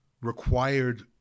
required